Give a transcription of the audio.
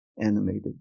animated